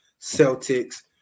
Celtics